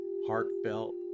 heartfelt